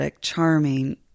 charming